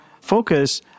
focus